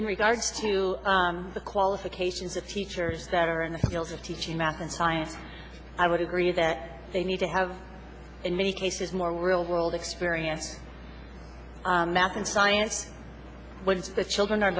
in regards to the qualifications of teachers that are in the field of teaching math and science i would agree that they need to have in many cases more real world experience math and science when the children are